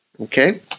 Okay